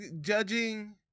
judging